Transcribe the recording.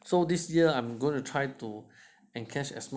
so this year I'm going to try to encash as much possible